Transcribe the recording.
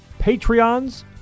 Patreons